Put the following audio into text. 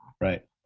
Right